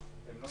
הצבעה אושר.